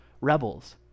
rebels